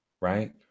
right